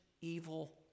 evil